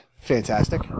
fantastic